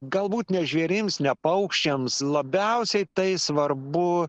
galbūt ne žvėrims ne paukščiams labiausiai tai svarbu